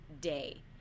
day